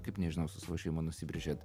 kaip nežinau su savo šeima nusibrėžiat